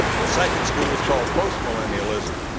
the second school is called post-millennialism.